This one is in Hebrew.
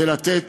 לתת